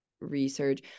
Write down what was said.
research